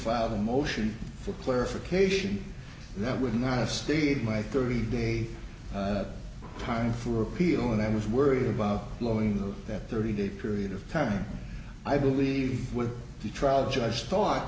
filed a motion for clarification that would not have stayed my thirty day time for appeal and i was worried about blowing the that thirty day period of time i believe with the trial judge thought